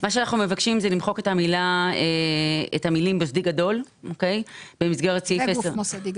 אנחנו מבקשים למחוק את המילים "גוף מוסדי גדול".